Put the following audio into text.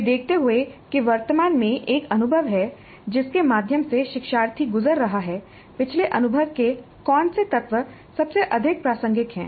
यह देखते हुए कि वर्तमान में एक अनुभव है जिसके माध्यम से शिक्षार्थी गुजर रहा है पिछले अनुभव के कौन से तत्व सबसे अधिक प्रासंगिक हैं